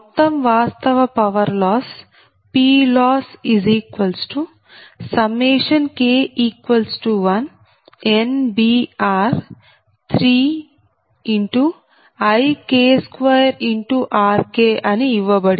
మొత్తం వాస్తవ power loss PLossK1NBR3IK2RK అని ఇవ్వబడింది